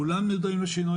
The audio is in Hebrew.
כולם מודעים לשינוי.